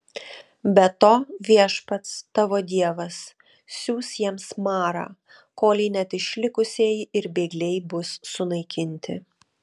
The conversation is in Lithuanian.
be to viešpats tavo dievas siųs jiems marą kolei net išlikusieji ir bėgliai bus sunaikinti